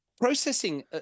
processing